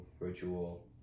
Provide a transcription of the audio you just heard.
virtual